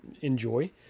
enjoy